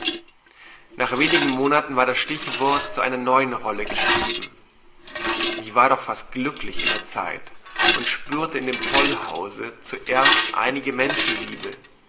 nach wenigen monaten war das stichwort zu einer neuen rolle geschrieben ich war doch fast glücklich in der zeit und spürte in dem tollhause zuerst einige menschenliebe